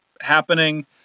happening